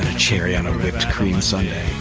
cherry on a cream sundae